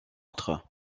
autres